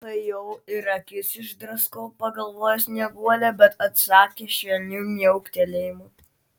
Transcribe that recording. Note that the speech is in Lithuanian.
tai jau ir akis išdraskau pagalvojo snieguolė bet atsakė švelniu miauktelėjimu